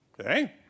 Okay